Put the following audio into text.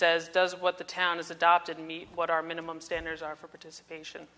says does what the town is adopted and meet what our minimum standards are for participation